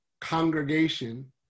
congregation